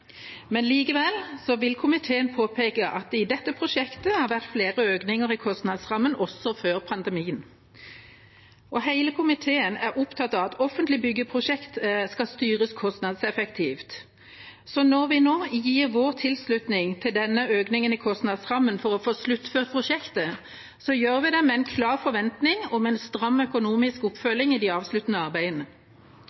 men likevel vil komiteen påpeke at det i dette prosjektet har vært flere økninger i kostnadsrammen også før pandemien. Hele komiteen er opptatt av at offentlige byggeprosjekter skal styres kostnadseffektivt, så når vi nå gir vår tilslutning til denne økningen i kostnadsrammen for å få sluttført prosjektet, gjør vi det med en klar forventning om en stram økonomisk